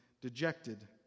dejected